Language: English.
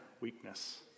weakness